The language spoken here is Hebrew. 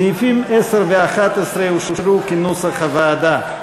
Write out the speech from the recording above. סעיפים 10 ו-11 אושרו, כנוסח הוועדה.